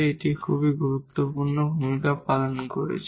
একটি খুব গুরুত্বপূর্ণ ভূমিকা পালন করতে যাচ্ছে